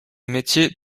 métier